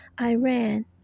Iran